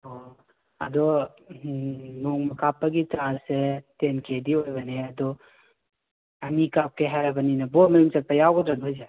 ꯑꯣ ꯑꯗꯣ ꯅꯣꯡꯃ ꯀꯥꯞꯄꯒꯤ ꯆꯥꯔꯖꯁꯦ ꯇꯦꯟ ꯀꯦꯗꯤ ꯑꯣꯏꯕꯅꯦ ꯑꯗꯣ ꯑꯅꯤ ꯀꯥꯞꯀꯦ ꯍꯥꯏꯔꯕꯅꯤꯅ ꯕꯣꯔ ꯃꯌꯨꯝ ꯆꯠꯄ ꯌꯥꯎꯒꯗ꯭ꯔꯥ ꯅꯣꯏꯁꯦ